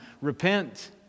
Repent